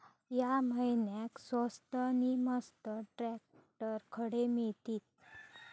या महिन्याक स्वस्त नी मस्त ट्रॅक्टर खडे मिळतीत?